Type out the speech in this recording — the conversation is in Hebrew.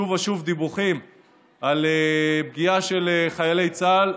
שוב ושוב דיווחים על פגיעה של חיילי צה"ל.